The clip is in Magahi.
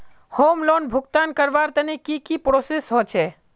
होम लोन भुगतान करवार तने की की प्रोसेस होचे?